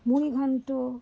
মুড়িঘন্ট